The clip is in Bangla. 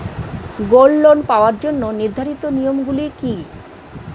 গোল্ড লোন পাওয়ার জন্য নির্ধারিত নিয়ম গুলি কি?